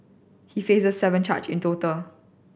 he faces seven charge in total